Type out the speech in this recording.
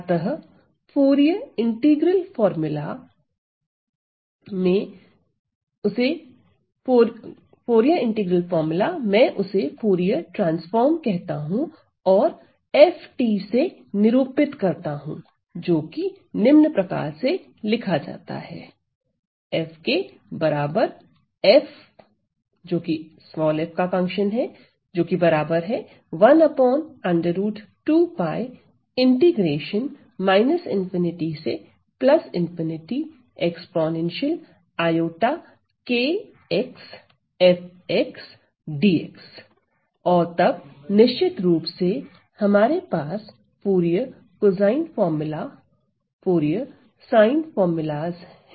अतः Fourier integral formula मैं उसे फूरिये ट्रांसफार्म कहता हूं और FT से निरूपित करता हूं जोकि निम्न प्रकार से लिखा जाता है और तब निश्चित रूप से हमारे पास Fourier cosine formulas Fourier sine formulas है